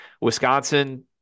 Wisconsin